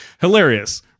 hilarious